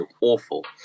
awful